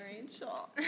Rachel